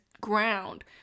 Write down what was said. ground